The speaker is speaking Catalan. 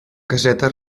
caseta